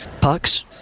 Pucks